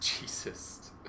Jesus